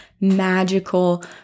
magical